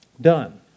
done